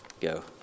go